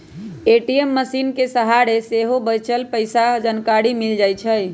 ATM मशीनके सहारे सेहो बच्चल पइसा के जानकारी मिल जाइ छइ